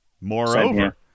Moreover